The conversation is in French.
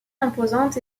imposantes